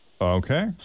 Okay